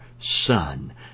Son